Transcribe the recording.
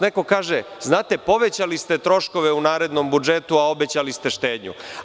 Neko kaže – znate, povećali ste troškove u narednom budžetu, a obećali ste štednju.